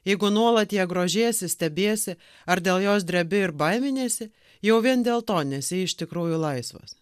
jeigu nuolat ja grožiesi stebiesi ar dėl jos drebi ir baiminiesi jau vien dėl to nesi iš tikrųjų laisvas